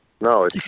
no